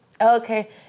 okay